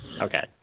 Okay